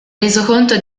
resoconto